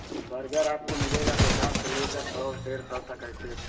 burger आपको मिलेगा पचास से लेकर सौ डेढ़ सौ तक ऐसे